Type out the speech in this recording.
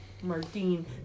Martine